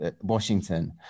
Washington